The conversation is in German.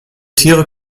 tiere